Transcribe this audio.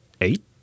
Eight